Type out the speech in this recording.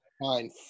Fine